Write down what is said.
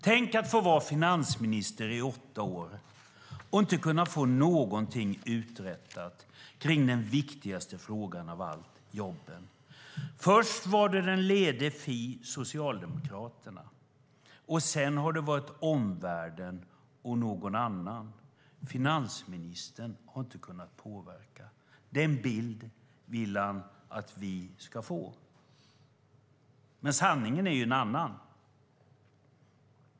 Tänk att få vara finansminister i åtta år och inte kunna få något uträttat kring den viktigaste frågan av alla: jobben. Först var den lede fi Socialdemokraterna. Sedan har det varit omvärlden och någon annan. Finansministern har inte kunnat påverka. Den bilden vill han att vi ska få. Men sanningen är en annan.